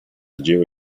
geo